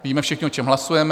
Víme všichni, o čem hlasujeme?